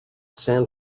san